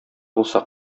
булса